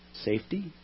Safety